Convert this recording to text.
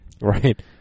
Right